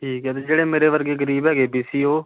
ਠੀਕ ਹੈ ਅਤੇ ਜਿਹੜੇ ਮੇਰੇ ਵਰਗੇ ਗ਼ਰੀਬ ਹੈਗੇ ਬੀਸੀ ਉਹ